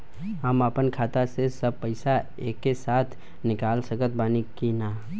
हम आपन खाता से सब पैसा एके साथे निकाल सकत बानी की ना?